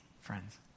friends